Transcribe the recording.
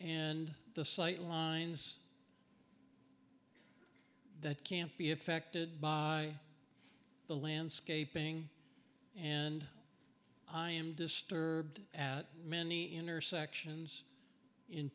and the sight lines that can't be effected by the landscaping and i am disturbed at many intersections in